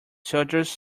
soldiers